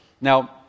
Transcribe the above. Now